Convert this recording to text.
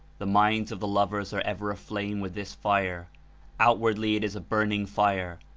the minds of the lovers are ever aflame with this fire outwardly it is a burning fire,